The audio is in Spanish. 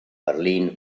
berlín